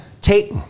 take